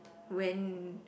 when